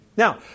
Now